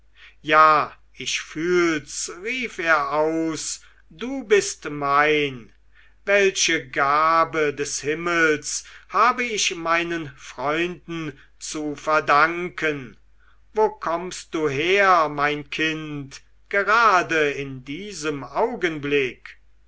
ja ich fühl's rief er aus du bist mein welche gabe des himmels habe ich meinen freunden zu verdanken wo kommst du her mein kind gerade in diesem augenblick